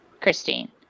Christine